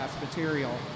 material